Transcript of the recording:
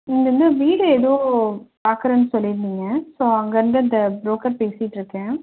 நீங்கள் வந்து வீடு ஏதோ பார்க்கறேன்னு சொல்லியிருந்தீங்க ஸோ அங்கேருந்து இந்த ப்ரோக்கர் பேசிகிட்டிருக்கேன்